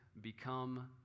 become